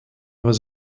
was